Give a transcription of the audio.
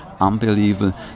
Unbelievable